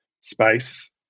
space